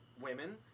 women